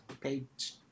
page